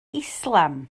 islam